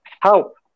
help